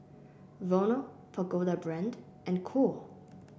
Vono Pagoda Brand and Cool